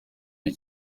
iyi